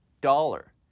dollar